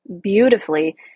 beautifully